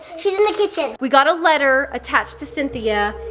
she's in the kitchen. we got a letter attached to cynthia,